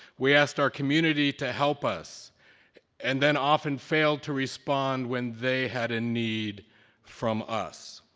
we asked our community to help us and then often failed to respond when they had a need from us.